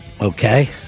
Okay